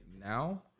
now